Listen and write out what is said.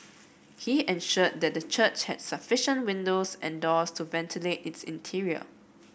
he ensured that the church has sufficient windows and doors to ventilate its interior